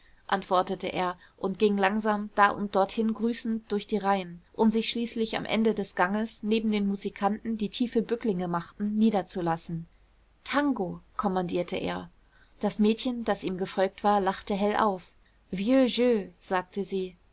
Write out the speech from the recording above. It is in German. antwortete er und ging langsam da und dorthin grüßend durch die reihen um sich schließlich am ende des ganges neben den musikanten die tiefe bücklinge machten niederzulassen tango kommandierte er das mädchen das ihm gefolgt war lachte hell auf vieux jeu sagte sie